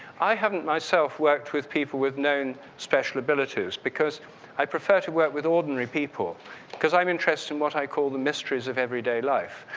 i haven't myself worked with people with known special abilities because i prefer to work with ordinary people because i'm interested in what i call the mysteries of everyday life.